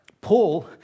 Paul